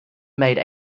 made